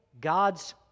God's